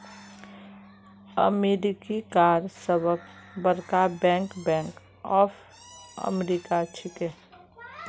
अमेरिकार सबस बरका बैंक बैंक ऑफ अमेरिका छिके